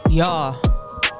Y'all